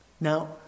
Now